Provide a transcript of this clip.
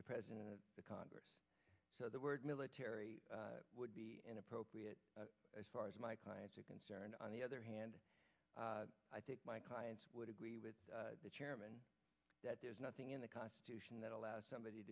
the president of the congress so the word military would be inappropriate as far as my clients are concerned on the other hand i think my clients would agree with the chairman that there's nothing in the constitution that allows somebody